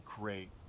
great